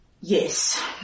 Yes